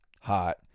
hot